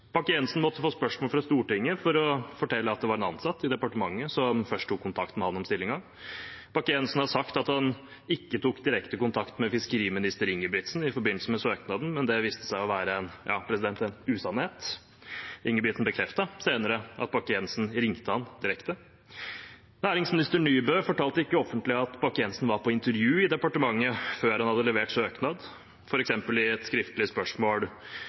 måtte statsråd Bakke-Jensen få spørsmål fra Stortinget for å fortelle at det var en ansatt i departementet som først tok kontakt med ham om stillingen. Bakke-Jensen har sagt at han ikke tok direkte kontakt med fiskeriminister Ingebrigtsen i forbindelse med søknaden, men det viste seg å være en usannhet. Ingebrigtsen bekreftet senere at Bakke-Jensen ringte ham direkte. Næringsminister Nybø fortalte ikke offentlig at Bakke-Jensen var på intervju i departementet før han hadde levert søknad – f.eks. i et skriftlig spørsmål